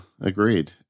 agreed